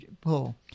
pull